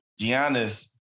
Giannis